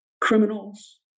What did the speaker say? criminals